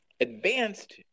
Advanced